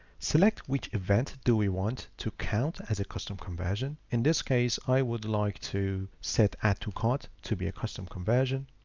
select which event do we want to count as a custom conversion. in this case, i would like to set add to cart to be a custom conversion.